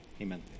Amen